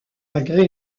malgré